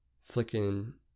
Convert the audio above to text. flicking